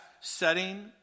setting